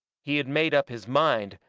he had made up his mind,